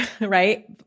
right